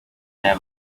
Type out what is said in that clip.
n’aya